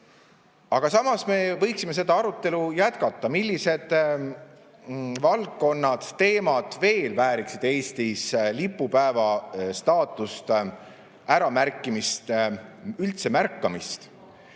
Aga samas me võiksime seda arutelu jätkata. Millised valdkonnad ja teemad veel vääriksid Eestis lipupäeva staatust, äramärkimist, üldse märkamist?